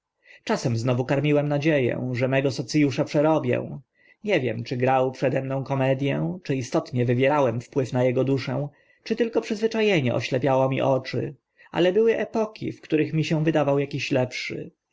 czasem znowu karmiłem nadzie ę że mego soc usza przerobię nie wiem czy grał przede mną komedię czy istotnie wywierałem wpływ na ego duszę czy tylko przyzwycza enie zaślepiało mi oczy ale były epoki w których mi się wydawał akiś lepszy